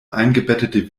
eingebettete